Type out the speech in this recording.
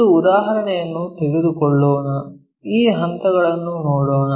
ಒಂದು ಉದಾಹರಣೆಯನ್ನು ತೆಗೆದುಕೊಳ್ಳೋಣ ಈ ಹಂತಗಳನ್ನು ನೋಡೋಣ